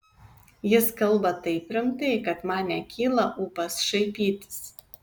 jis kalba taip rimtai kad man nekyla ūpas šaipytis